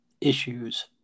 issues